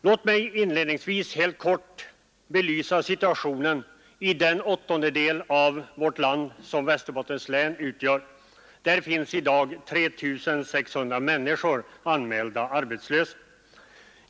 Låt mig inledningsvis helt kort belysa situationen i den åttondel av vårt land som Västerbottens län utgör. Där finns i dag 3 600 anmälda arbetslösa.